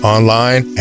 Online